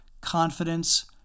confidence